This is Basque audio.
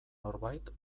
norbait